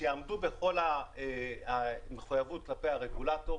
שיעמדו בכל המחויבות כלפי הרגולטור,